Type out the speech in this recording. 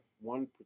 one